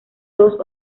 dos